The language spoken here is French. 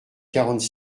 quarante